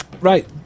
Right